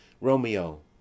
Romeo